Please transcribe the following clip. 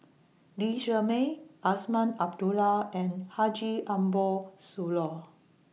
Lee Shermay Azman Abdullah and Haji Ambo Sooloh